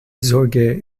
zorge